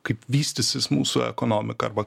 kaip vystysis mūsų ekonomika arba